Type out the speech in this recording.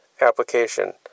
application